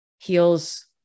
heals